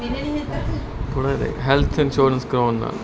health insurance ਕਰਵਾਉਣ ਨਾਲ